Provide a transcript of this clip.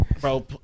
Bro